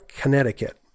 Connecticut